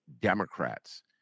Democrats